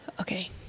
Okay